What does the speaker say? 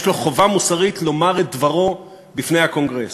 לו חובה מוסרית לומר את דברו בפני הקונגרס.